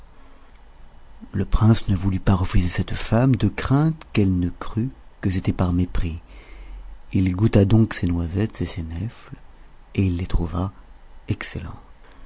le prince ne voulut pas refuser cette femme de crainte qu'elle ne crût que c'était par mépris il goûta donc ces noisettes et ces nèfles et il les trouva excellentes